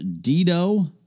Dido